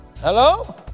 Hello